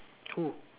who